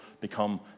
become